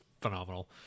phenomenal